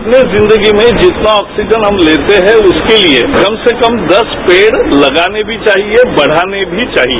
अपनी जिंदगी में जितना ऑक्सीजन हम लेते हैं उसके लिए कम से कम दस पेड़ लगाने भी चाहिए बढ़ाने भी चाहिए